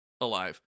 alive